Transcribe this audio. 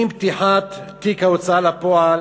עם פתיחת תיק ההוצאה לפועל